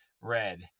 Red